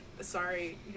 sorry